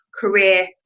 career